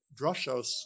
drushos